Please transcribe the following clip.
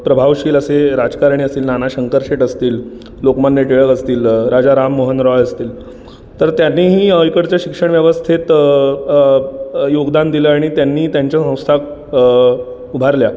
प्रभावशील असे राजकारणी असतील नाना शंकरशेट असतील लोकमान्य टिळक असतील राजा राममोहन रॉय असतील तर त्यांनीही इकडच्या शिक्षण व्यवस्थेत अ अ योगदान दिलं आणि त्यांनी त्यांच्या संस्था अ उभारल्या